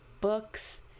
books